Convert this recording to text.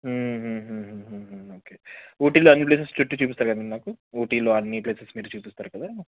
okay ఊటీలో అన్నీ places చుట్టి చూపిస్తారు కదండి మాకు ఊటీలో అన్నీ ప్లేసెస్ మీరు చూపిస్తారు కదా